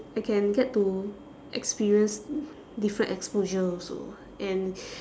I can get to experience different exposure also and